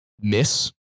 miss